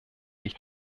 ich